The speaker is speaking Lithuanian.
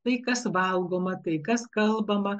tai kas valgoma tai kas kalbama